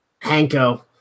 Hanko